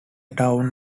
town